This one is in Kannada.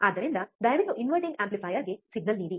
ಆದ್ದರಿಂದ ದಯವಿಟ್ಟು ಇನ್ವರ್ಟಿಂಗ್ ಆಂಪ್ಲಿಫೈಯರ್ಗೆ ಸಿಗ್ನಲ್ ನೀಡಿ